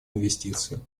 инвестиций